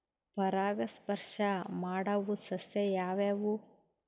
ಪರಾಗಸ್ಪರ್ಶ ಮಾಡಾವು ಸಸ್ಯ ಯಾವ್ಯಾವು?